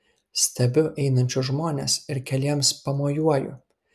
stebiu einančius žmones ir keliems pamojuoju